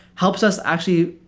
helps us actually,